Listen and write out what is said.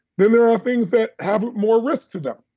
then there are things that have more risk to them,